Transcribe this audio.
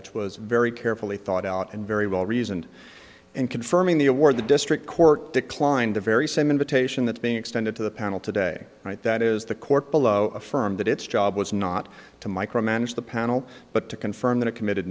which was very carefully thought out and very well reasoned and confirming the award the district court declined the very same invitation that's being extended to the panel today right that is the court below affirmed that its job was not to micromanage the panel but to confirm that it committed